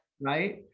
right